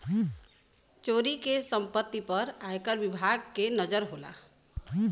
चोरी क सम्पति पे आयकर विभाग के नजर होला